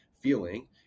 feeling